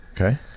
Okay